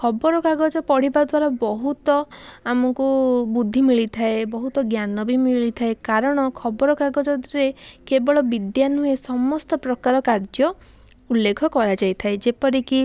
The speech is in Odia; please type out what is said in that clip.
ଖବରକାଗଜ ପଢ଼ିବା ଦ୍ୱାରା ବହୁତ ଆମକୁ ବୁଦ୍ଧି ମିଳିଥାଏ ବହୁତ ଜ୍ଞାନ ବି ମିଳିଥାଏ କାରଣ ଖବରକାଗଜରେ କେବଳ ବିଦ୍ୟା ନୁହେଁ ସମସ୍ତପ୍ରକାର କାର୍ଯ୍ୟ ଉଲ୍ଲେଖ କରାଯାଇଥାଏ ଯେପରିକି